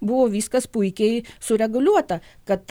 buvo viskas puikiai sureguliuota kad